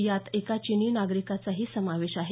यात एका चीनी नागरिकाचाही समावेश आहे